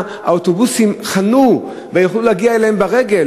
האוטובוסים חנו בהם ויכלו להגיע אליהם ברגל.